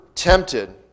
tempted